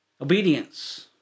Obedience